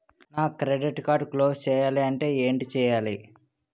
నా credit card close చేయాలంటే ఏంటి చేయాలి?